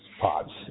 pods